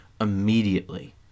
immediately